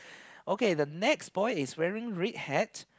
okay the next boy is wearing red hat